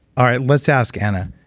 all right. let's ask anna.